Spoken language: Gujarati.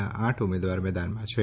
ના આઠ ઉમેદવાર મેદાનમાં છે